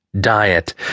diet